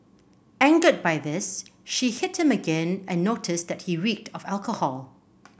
angered by this she hit him again and noticed that he reeked of alcohol